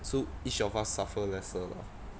so each of us suffer lesser lah